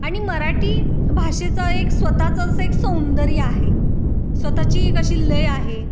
आणि मराठी भाषेचा एक स्वतःचं असं एक सौंदर्य आहे स्वतःची एक अशी लय आहे